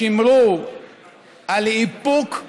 שמרו על איפוק,